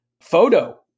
photo